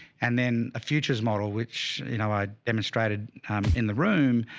and then a futures model, which, you know, i demonstrated in the room